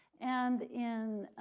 and in